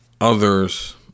others